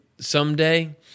someday